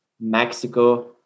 Mexico